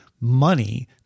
money